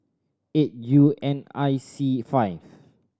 eight U N I C five